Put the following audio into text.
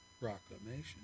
proclamation